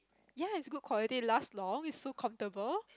ya is good quality last long is so comfortable